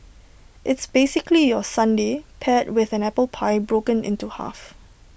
it's basically your sundae paired with an apple pie broken into half